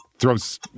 throws